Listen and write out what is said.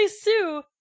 Sue